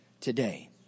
today